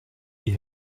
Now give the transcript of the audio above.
die